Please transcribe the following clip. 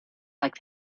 like